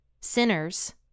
sinners